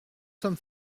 sommes